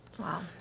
Wow